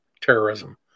terrorism